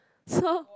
so